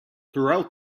throughout